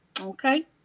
Okay